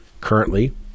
Currently